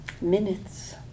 minutes